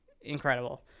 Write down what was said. incredible